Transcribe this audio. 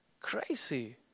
Crazy